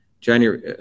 January